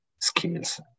skills